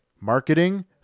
marketing